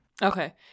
Okay